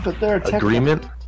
agreement